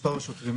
מספר השוטרים,